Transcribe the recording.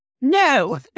no